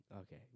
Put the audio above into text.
Okay